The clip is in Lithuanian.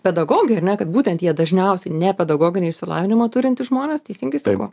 pedagogai ar ne kad būtent jie dažniausiai ne pedagoginį išsilavinimą turintys žmonės teisingai sakau